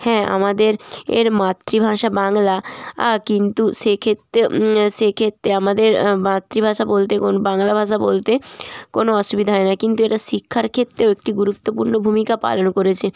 হ্যাঁ আমাদের মাতৃভাষা বাংলা কিন্তু সেক্ষেত্রে সেক্ষেত্রে আমাদের মাতৃভাষা বলতে কোন বাংলা ভাষা বলতে কোনো অসুবিধা হয় না কিন্তু এটা শিক্ষার ক্ষেত্রেও একটি গুরুত্বপূর্ণ ভূমিকা পালন করেছে